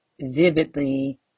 vividly